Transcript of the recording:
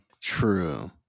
True